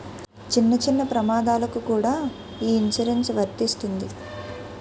చిన్న చిన్న ప్రమాదాలకు కూడా ఈ ఇన్సురెన్సు వర్తిస్తుంది